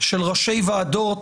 של ראשי ועדות,